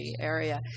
area